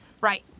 Right